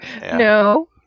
no